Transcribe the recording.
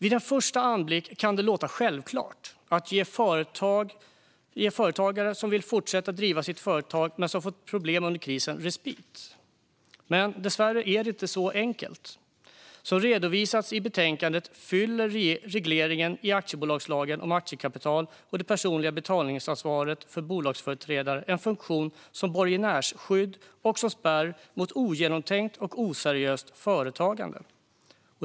Vid en första anblick kan det låta självklart att ge företagare som vill fortsätta driva sitt företag men som fått problem under krisen respit. Men dessvärre är det inte så enkelt. Som redovisats i betänkandet fyller regleringen i aktiebolagslagen om aktiekapital och det personliga betalningsansvaret för bolagsföreträdare funktionen som borgenärsskydd och som spärr mot ogenomtänkt och oseriöst företagande.